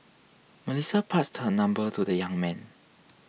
Melissa passed her number to the young man